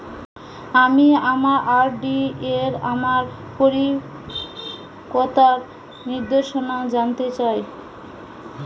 আমি আমার আর.ডি এর আমার পরিপক্কতার নির্দেশনা জানতে চাই